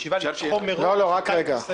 רק רגע.